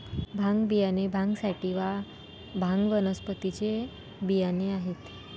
भांग बियाणे भांग सॅटिवा, भांग वनस्पतीचे बियाणे आहेत